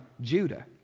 Judah